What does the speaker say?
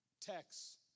Texts